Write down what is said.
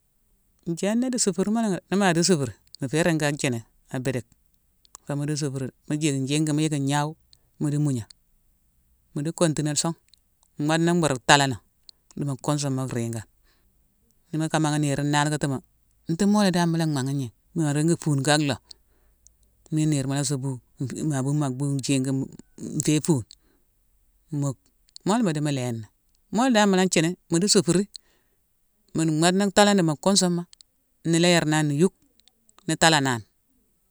Jééna di sufiri ma langhi. Ni ma di sufiri, mu fé ringi ka thini a biidick. Fo mu di sufiri dé. Mu jick njiigi, mu yick ngnawe, mu di mugna. Mu di kontina song, moodena bhuru thalano di mu kunsuma riigane. Mu di ka mhanghé niir nalkatimo: nti mo la dan mu la mangha gningh? Ma ringi fune ka loo. Miine niirma la sa bu-nf-ma bumi a bhuu jingi-m-nfé fune; muck. Mo la mu di mu lééni, mo la dan mu la jini mu di sufiri buru mmoodena thalano di mu kunsuma, nu lééyerna ni yuck, nu talana ni.